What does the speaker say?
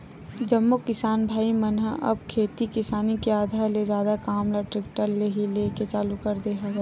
जम्मो किसान भाई मन ह अब खेती किसानी के आधा ले जादा काम ल टेक्टर ले ही लेय के चालू कर दे हवय गा